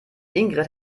ingrid